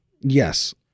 Yes